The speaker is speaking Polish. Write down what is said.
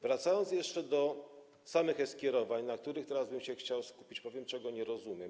Wracając jeszcze do samych e-skierowań, na których teraz bym się chciał skupić, powiem, czego nie rozumiem.